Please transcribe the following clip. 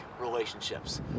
relationships